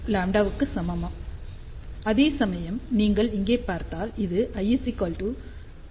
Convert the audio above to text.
48λ க்கு சமம் அதேசமயம் நீங்கள் இங்கே பார்த்தால் இது l 0